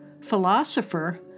philosopher